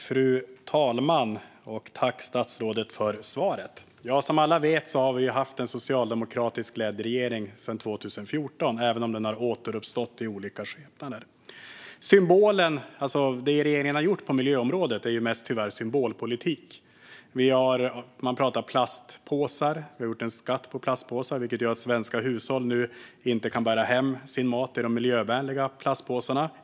Fru talman! Tack, statsrådet, för svaret! Som alla vet har vi haft en socialdemokratiskt ledd regering sedan 2014, även om den har återuppstått i olika skepnader. Det regeringen har gjort på miljöområdet är tyvärr mest symbolpolitik. Man pratar plastpåsar. Vi har fått en skatt på plastpåsar, vilket gör att svenska hushåll nu inte kan bära hem sin mat i de miljövänliga plastpåsarna.